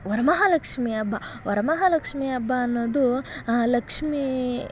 ವರಮಹಾಲಕ್ಷ್ಮಿ ಹಬ್ಬ ವರಮಹಾಲಕ್ಷ್ಮಿ ಹಬ್ಬ ಅನ್ನೋದು ಲಕ್ಷ್ಮೀ